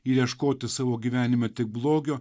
ir ieškoti savo gyvenime tik blogio